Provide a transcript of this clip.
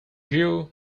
grew